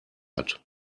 hat